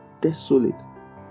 desolate